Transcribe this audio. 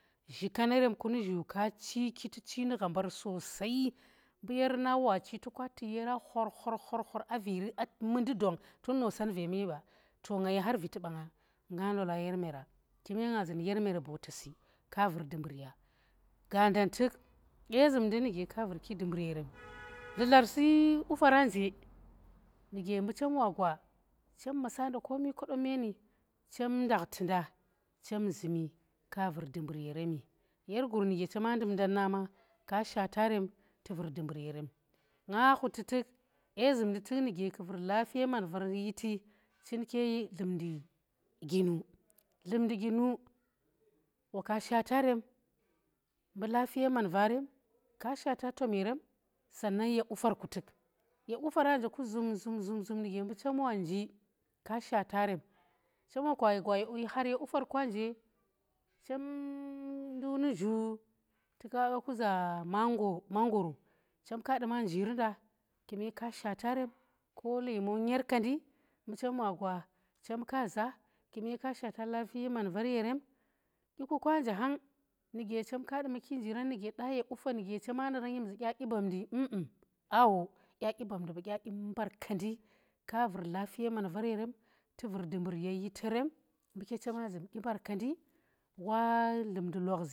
Zhikanerem ku nu zhu chiki tu chi nugha mbar sossai mbu yer na wa chi toke tuk yer na khor khor khor a viivi aa mundi dong tun nosan veme ba to nga yi har viti bang wonang, nga ndola yer meera, kume nga zun yer gaandan tuk, dye zumndi nuge ka vurki dumbur yerem, dludla risi qufara nje nuge mbu chem wa gwa chem maasa nda komi kadomme ni, chem ndakhi nda, chem zu mi ka vur dumbur yerem yer gur nu ge chema ndumndan na ma, ka shata rem tu vur dumbur yerem, nga khuti tuk, dye zumndi tuk nu ge kuvur lafiye man vaar yiiti chin ke dlumndi ginu, dlumandi ginu waka shatarem mbu lafiye man vaarem, ka shata tom yerem sannan ye qufar kutuk kye qufara nje ku zum zum nii ge mbu chem wa nji ka shata rem chem wa ka gwa ye har ye qufar kwa nje, chem waka gwa ye har ye qufar kwa nje, chem ni nduk nu zhu tuke wa ku za mango mangoro chem ka duma njiri nda kume ka shata rem ko lemo nyer ka ndi, mbu chem wa gwa chem kazaa, kume ka shata ko man var yerem, dyi kukwa nje hang nuge chemka duma ki njiran nuge dya ye qufa nuge chema naran nyem zada dyi bam ndi um um awo dya dyi bam ndi ba, dya dyi mbar kendi ka vur lafiye man var yerem tu vur dumbur ye yite rem mbuke chema zum dyi mbarkandi wa.